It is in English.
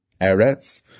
Eretz